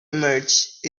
emerged